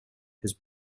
his